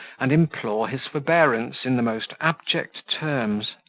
and implore his forbearance in the most abject terms.